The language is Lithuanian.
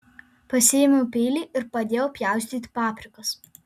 pasiėmiau peilį ir padėjau pjaustyti paprikas